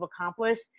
accomplished